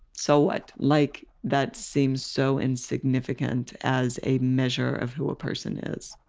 so what? like that seems so insignificant as a measure of who a person is.